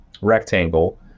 rectangle